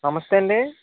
నమస్తే అండి